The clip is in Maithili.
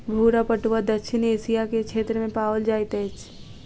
भूरा पटुआ दक्षिण एशिया के क्षेत्र में पाओल जाइत अछि